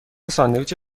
ساندویچ